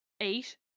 Eight